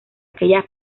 aquella